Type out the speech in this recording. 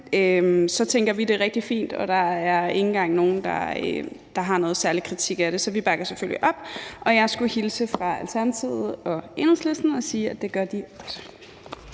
tænker vi, det er rigtig fint, og der er ikke engang nogen, der har nogen særlig kritik af det. Så vi bakker selvfølgelig op, og jeg skulle hilse fra Alternativet og Enhedslisten og sige, at det gør de også.